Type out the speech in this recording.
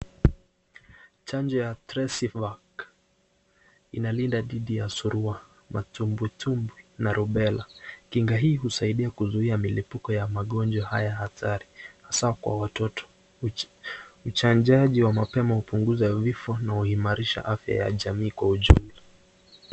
Chanjo ya Tresivac inalinda dhidi ya surua, matumbwitumbwi na rubela. Kinga hii husaidia kuzuia milipuko ya magonjwa haya hatari, haswa kwa watoto. Uchanjaji wa mapema hupunguza vifo na huimarisha afya ya jamii kwa ujumla.